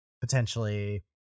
potentially